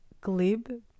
glib